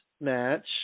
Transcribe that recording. Match